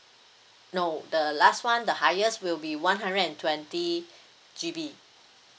no the last one the highest will be one hundred and twenty G_B